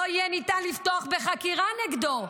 לא יהיה ניתן לפתוח בחקירה נגדו.